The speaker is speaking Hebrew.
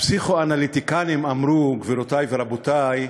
הפסיכואנליטיקנים אמרו, גבירותי ורבותי,